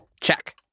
Check